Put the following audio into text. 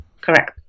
Correct